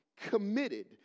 committed